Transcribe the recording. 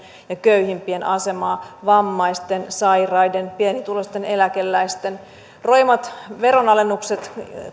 ja köyhimpien asemaa vammaisten sairaiden pienituloisten eläkeläisten roimat veronalennukset